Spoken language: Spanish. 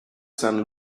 san